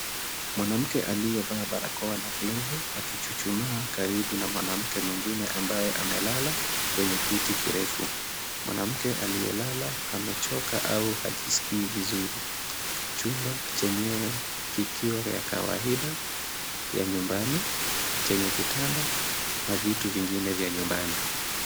Mwanamke aliyevaa barakoa na glovu akichuchumaa karibu na mwanamke mwingine ambaye amelala kwenye kiti kirefu. Mwanamke aliyelala amechoka au hajiskii vizuri. Chumba chenyewe kikiwa ya kawaida ya nyumbani chenye kitanda na vitu vingine vya nyumbani.